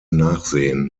nachsehen